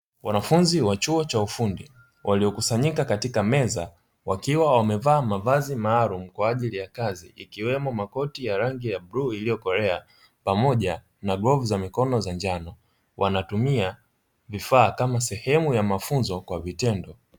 Wanafunzi wa chuo cha ufundi waliokusanyika katika meza wakiwa wamevaa mavazi maalumu kwa ajili ya kazi, ikiwemo makoti ya rangi ya bluu iliyokolea pamoja na glovu za mikono za njano, wanatumia vifaa kama sehemu ya mafunzo kwa vitendo.